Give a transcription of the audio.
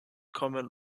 kommen